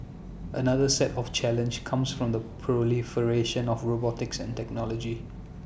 another set of challenge comes from the proliferation of robotics and technology